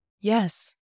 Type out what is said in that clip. Yes